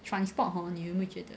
transport hor 你有没有觉得